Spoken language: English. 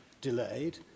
delayed